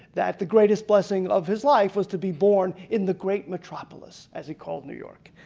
that the greatest blessing of his life was to be born in the great metropolis as he called new york.